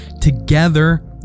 together